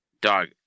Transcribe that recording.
Dog